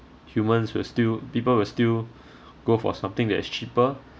humans will still people will still go for something that is cheaper